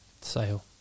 Sale